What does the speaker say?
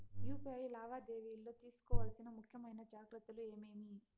UPI లావాదేవీలలో తీసుకోవాల్సిన ముఖ్యమైన జాగ్రత్తలు ఏమేమీ?